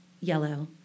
yellow